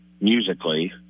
musically